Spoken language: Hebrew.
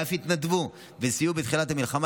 ואף התנדבו וסייעו בתחילת המלחמה,